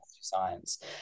science